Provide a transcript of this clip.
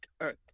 Earth